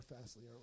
fastly